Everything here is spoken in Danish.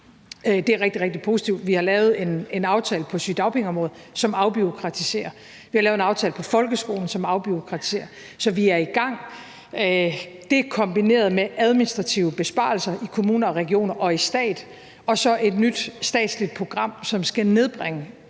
Det er rigtig, rigtig positivt. Vi har lavet en aftale på sygedagpengeområdet, som afbureaukratiserer. Vi har lavet en aftale på folkeskoleområdet, som afbureaukratiserer. Så vi er i gang. Det kombineret med administrative besparelser i kommuner og regioner og i stat og og så et nyt statsligt program, som skal nedbringe